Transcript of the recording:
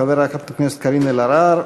חברת הכנסת קארין אלהרר,